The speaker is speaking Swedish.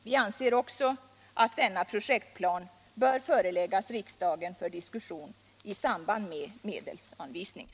Vi anser också att denna projektplan bör föreläggas riksdagen för diskussion i samband med medelsanvisningen.